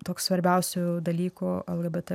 toks svarbiausių dalykų lgbt